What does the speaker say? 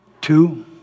two